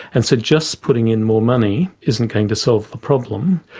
and so just putting in more money isn't going to solve the problem.